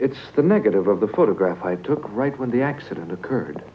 it the negative of the photograph i took right when the accident occurred